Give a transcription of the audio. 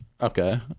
Okay